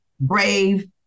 brave